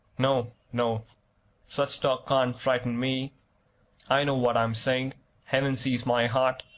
no, no such talk can't frighten me i know what i am saying heaven sees my heart.